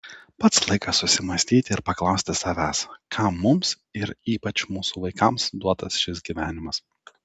pats laikas susimąstyti ir paklausti savęs kam mums ir ypač mūsų vaikams duotas šis gyvenimas